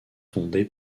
fondé